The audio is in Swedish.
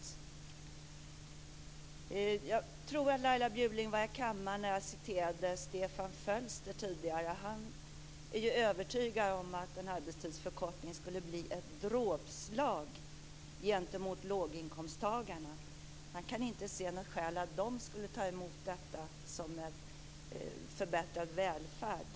Jag tror att Laila Bjurling fanns här i kammaren tidigare i dag när jag citerade Stefan Fölster. Han är övertygad om att en arbetstidsförkortning skulle bli ett dråpslag för låginkomsttagarna. Han kan inte se något skäl till att de skulle ta emot detta som en förbättrad välfärd.